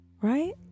right